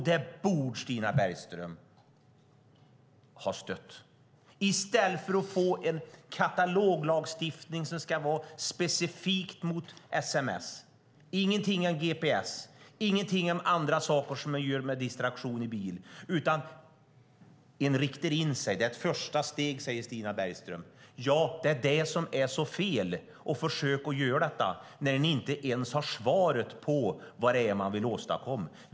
Det borde Stina Bergström ha stött i stället för att vi ska få en kataloglagstiftning som gäller specifikt mot sms; däremot sägs ingenting om gps, ingenting om andra saker som distraherar i bilen. Man riktar bara in sig på sms. Det är ett första steg, säger Stina Bergström. Ja, det är det som är så fel, att försöka göra detta när man inte har svar på vad man vill åstadkomma.